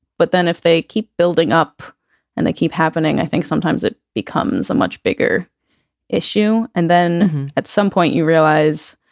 but then if they keep building up and they keep happening, i think sometimes it becomes a much bigger issue. and then at some point you realize,